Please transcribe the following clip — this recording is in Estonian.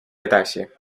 edasi